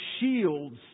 shields